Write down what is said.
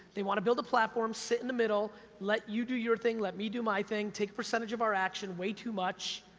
they wanna build a platform, sit in the middle, let you do your thing, let me do my thing, take a percentage of our action, way too much.